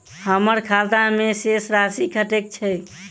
हम्मर खाता मे शेष राशि कतेक छैय?